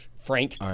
Frank